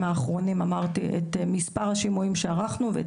האחרונים אמרתי את מספר השימועים שערכנו ואת